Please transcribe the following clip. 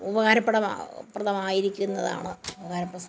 ഉപകാരപ്രദ പ്രദമായിരിക്കുന്നതാണ് ഉപകാരപ്രസ്